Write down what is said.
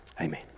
Amen